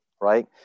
right